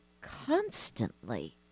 constantly